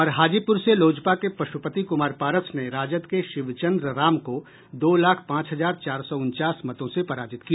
और हाजीपुर से लोजपा के पशुपति कुमार पारस ने राजद के शिवचंद्र राम को दो लाख पांच हजार चार सौ उनचास मतों से पराजित किया